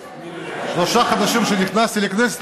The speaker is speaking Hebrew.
שלושה חודשים מאז שנכנסתי לכנסת,